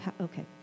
Okay